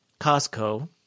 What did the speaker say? Costco